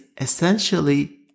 essentially